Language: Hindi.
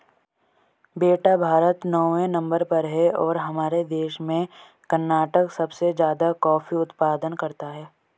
बेटा भारत नौवें नंबर पर है और हमारे देश में कर्नाटक सबसे ज्यादा कॉफी उत्पादन करता है